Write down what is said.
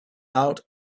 out